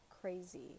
crazy